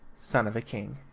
son of a king